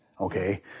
okay